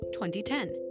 2010